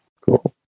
Cool